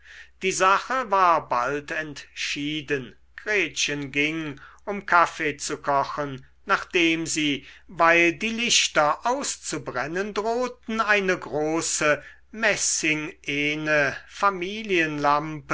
die sache war bald entschieden gretchen ging um kaffee zu kochen nachdem sie weil die lichter auszubrennen drohten eine große messingene familienlampe